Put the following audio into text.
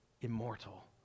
immortal